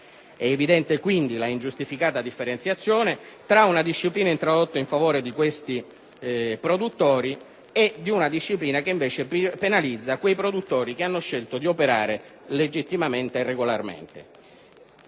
evidente la ingiustificata differenziazione tra la disciplina introdotta in favore di questi produttori ed una disciplina che invece penalizza quei produttori che hanno scelto di operare legittimamente e regolarmente.